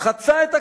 חצה את הקווים.